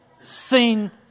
seen